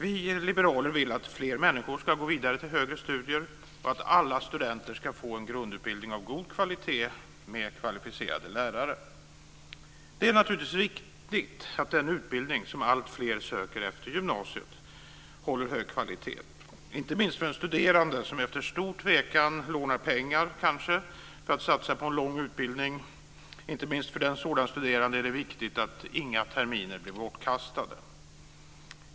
Vi liberaler vill att fler människor ska gå vidare till högre studier och att alla studenter ska få en grundutbildning av god kvalitet med kvalificerade lärare. Det är naturligtvis viktigt att den utbildning som alltfler söker efter gymnasiet håller hög kvalitet. Inte minst för en studerande som efter stor tvekan kanske lånar pengar för att satsa på en lång utbildning är det viktigt att inga terminer blir bortkastade.